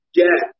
get